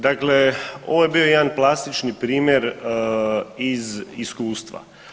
Dakle, ovo je bio jedan plastični primjer iz iskustva.